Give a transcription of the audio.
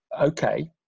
okay